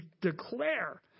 declare